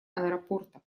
аэропорта